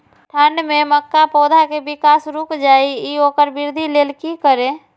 ठंढ में मक्का पौधा के विकास रूक जाय इ वोकर वृद्धि लेल कि करी?